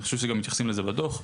אני חושב שגם מתייחסים לזה בדוח,